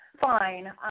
fine